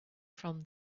from